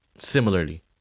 similarly